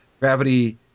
Gravity